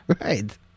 Right